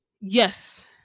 Yes